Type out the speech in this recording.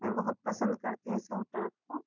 मैं बहुत पसंद करती हूँ इस होटल को